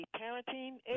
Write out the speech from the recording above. parenting